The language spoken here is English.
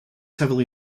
heavily